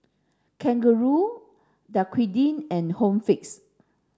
Kangaroo Dequadin and Home Fix